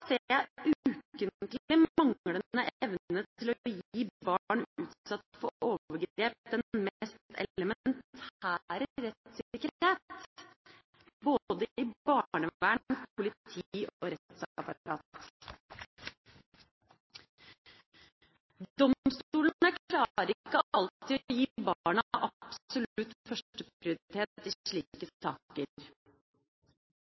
ser jeg ukentlig manglende evne til å gi barn utsatt for overgrep den mest elementære rettssikkerhet, både i barnevern, politi og rettsapparat. Domstolene klarer ikke alltid å gi barna absolutt førsteprioritet i slike